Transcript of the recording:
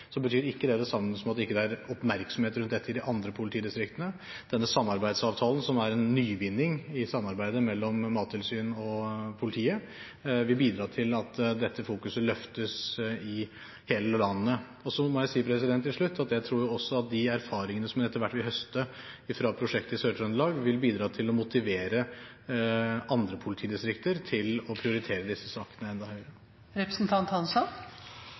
betyr ikke det det samme som at det ikke er oppmerksomhet rundt dette i de andre politidistriktene. Denne samarbeidsavtalen, som er en nyvinning i samarbeidet mellom Mattilsynet og politiet, vil bidra til at dette fokuset løftes i hele landet. Så må jeg si til slutt at jeg tror også at de erfaringene som en etter hvert vil høste fra prosjektet i Sør-Trøndelag, vil bidra til å motivere andre politidistrikt til å prioritere disse sakene enda